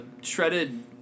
shredded